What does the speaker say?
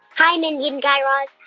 hi, mindy and guy raz.